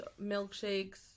milkshakes